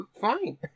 Fine